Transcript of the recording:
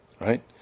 right